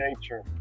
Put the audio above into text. nature